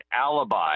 alibi